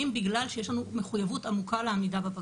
בגלל שיש לנו מחויבות עמוקה לעמידה בבג"צ.